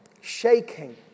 Shaking